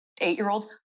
eight-year-olds